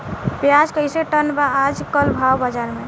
प्याज कइसे टन बा आज कल भाव बाज़ार मे?